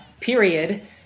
period